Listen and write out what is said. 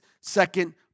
second